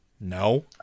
No